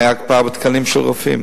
היתה הקפאה בתקנים של רופאים,